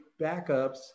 backups